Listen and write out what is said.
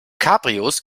cabrios